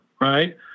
right